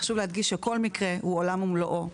חשוב להדגיש שכל מקרה הוא עולם ומלואו,